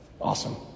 Awesome